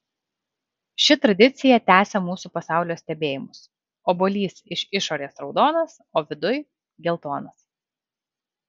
ši tradicija tęsia mūsų pasaulio stebėjimus obuolys iš išorės raudonas o viduj geltonas